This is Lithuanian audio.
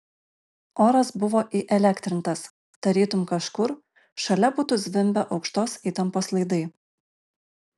oras buvo įelektrintas tarytum kažkur šalia būtų zvimbę aukštos įtampos laidai